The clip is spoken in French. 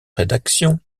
rédaction